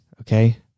Okay